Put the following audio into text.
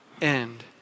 end